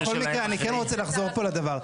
בכל מקרה, אני כן רוצה לחזור פה לדבר.